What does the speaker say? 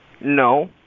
No